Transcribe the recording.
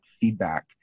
feedback